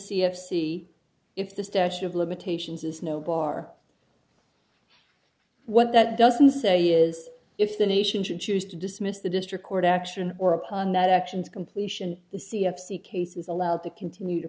c if the statute of limitations is no bar what that doesn't say is if the nation should choose to dismiss the district court action or upon that actions completion the c f c case is allowed to continue to